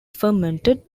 fermented